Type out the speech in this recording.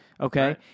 Okay